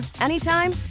anytime